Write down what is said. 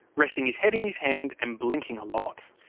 resting his head in his hand and blinking a lot.